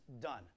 done